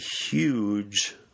huge